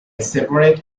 separate